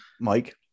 Mike